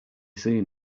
seen